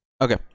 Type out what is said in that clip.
Okay